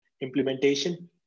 implementation